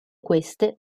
queste